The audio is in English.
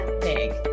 big